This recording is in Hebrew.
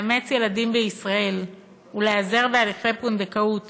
לאמץ ילדים בישראל ולהיעזר בהליכי פונדקאות